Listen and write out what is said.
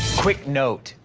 quick note,